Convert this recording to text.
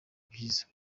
byiza